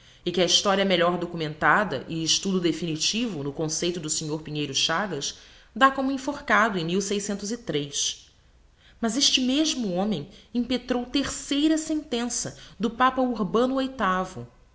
e que a historia melhor documentada e estudo definitivo no conceito do snr pinheiro chagas dá como enforcado em mas este mesmo homem impetrou terceira sentença do papa urbano